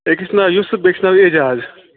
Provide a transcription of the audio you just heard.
أکِس چھِ ناو یوسُف بیٚکِس چھِ ناو اعجاز